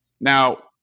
Now